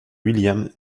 william